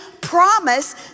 promise